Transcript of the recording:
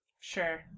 Sure